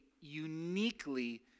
uniquely